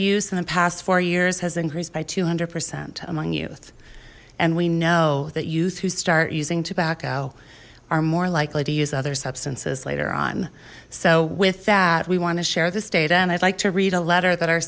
use in the past four years has increased by two hundred percent among youth and we know that youth who start using tobacco are more likely to use other substances later on so with that we want to share this data and i'd like to read a letter that our